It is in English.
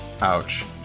Ouch